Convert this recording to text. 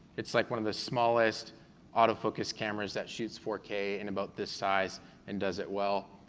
it's like one of the smallest autofocus cameras that shoots four k and about this size and does it well.